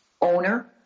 owner